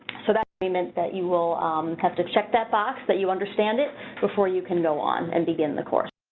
so that agreement that you will have to check that box that you understand it before you can go on and begin the course.